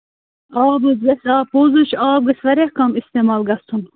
آب حظ گژھِ آ پوٚز حظ چھُ آب گژھِ واریاہ کَم اِستعمال گژھُن